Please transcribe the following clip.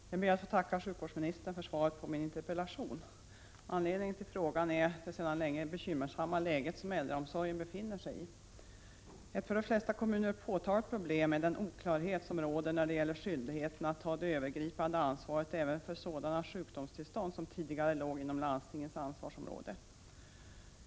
Herr talman! Jag ber att få tacka sjukvårdsministern för svaret på min interpellation. Anledningen till min interpellation är det sedan länge bekymmersamma läge som äldreomsorgen befinner sig i. Ett för de flesta kommuner påtagligt problem är den oklarhet som råder när det gäller skyldigheten att ta det övergripande ansvaret även för sådana sjukdomstillstånd som tidigare låg inom landstingens ansvarsområde.